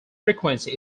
frequency